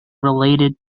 related